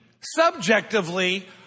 subjectively